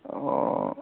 অঁ